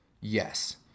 Yes